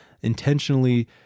intentionally